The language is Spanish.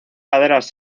laderas